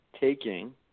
taking